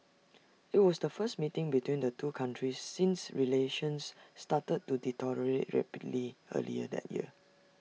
IT was the first meeting between the two countries since relations started to deteriorate rapidly earlier that year